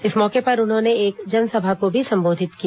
इस मौके पर उन्होंने एक जनसभा को भी संबोधित किया